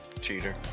Cheater